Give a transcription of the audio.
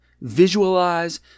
Visualize